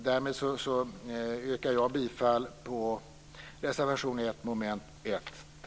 Därmed yrkar jag bifall till reservation nr 1